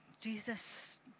Jesus